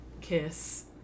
kiss